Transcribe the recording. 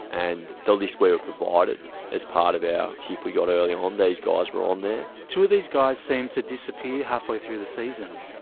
and the list we were provided as part of the tip we got early on, these guys were on there. two of these guys seemed to disappear halfway through the season.